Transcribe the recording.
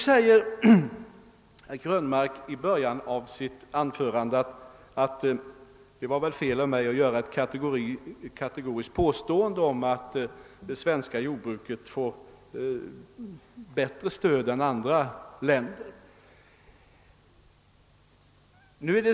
Herr Krönmark sade i början av sitt anförande att det var fel av mig att göra ett kategoriskt påstående om att det svenska jordbruket får bättre stöd än andra länder.